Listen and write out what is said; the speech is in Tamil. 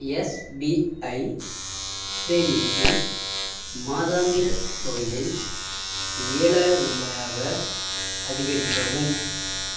எஸ்பிஐ சேமிப்பின் மாதாந்திரத் தொகையை ஏழாயிரம் ரூபாயாக அதிகரிக்கவும்